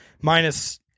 minus